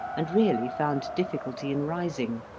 and really found difficulty in rising.